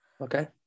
okay